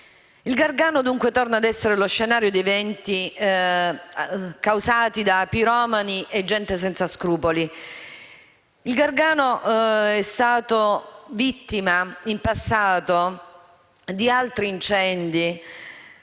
Il Gargano, dunque, torna a essere lo scenario di eventi causati da piromani e gente senza scrupoli, dopo essere già stato vittima, in passato, di altri incendi.